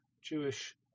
Jewish